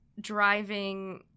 driving